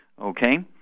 okay